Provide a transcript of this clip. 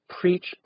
preach